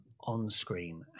on-screen